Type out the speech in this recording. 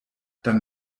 dann